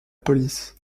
police